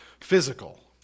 physical